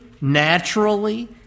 naturally